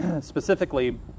specifically